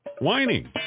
whining